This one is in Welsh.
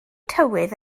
tywydd